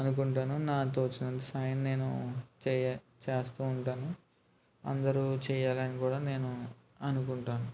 అనుకుంటాను నా తోచినంత సాయం నేను చే చేస్తూ ఉంటాను అందరూ చేయాలనీ కూడా నేను అనుకుంటాను